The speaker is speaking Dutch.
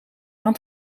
aan